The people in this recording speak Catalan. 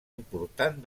important